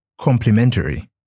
complementary